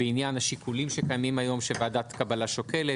בעניין השיקולים שקיימים היום שוועדת קבלה שוקלת,